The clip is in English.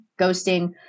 ghosting